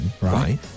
Right